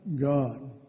God